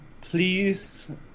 please